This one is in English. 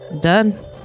Done